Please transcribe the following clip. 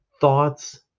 thoughts